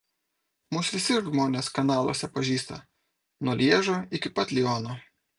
mus visi žmonės kanaluose pažįsta nuo lježo iki pat liono